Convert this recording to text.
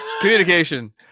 Communication